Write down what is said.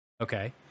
Okay